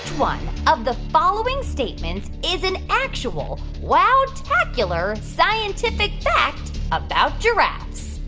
one of the following statements is an actual wow-tacular scientific fact about giraffes?